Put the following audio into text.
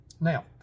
Now